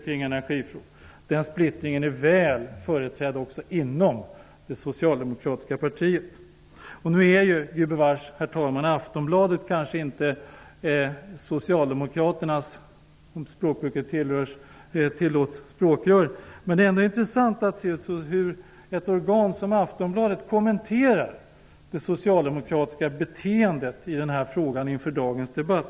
Men den splittringen är väl företrädd också inom det socialdemokratiska partiet. Herr talman! Nu är väl Aftonbladet kanske inte Socialdemokraternas språkrör, om ordvalet tillåts. Men det är ändå intressant att se hur ett organ som Aftonbladet kommenterar det socialdemokratiska beteendet i denna fråga inför dagens debatt.